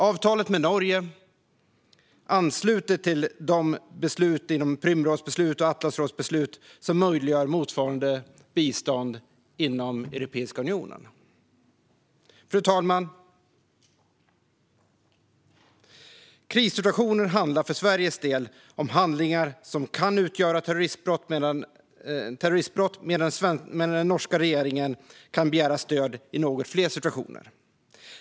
Avtalet med Norge ansluter till Prümrådsbeslutet och Atlasrådsbeslutet, som möjliggör motsvarande bistånd inom Europeiska unionen. Fru talman! Krissituationer handlar för Sveriges del om handlingar som kan utgöra terroristbrott, medan den norska regeringen kan begära stöd i något fler situationer.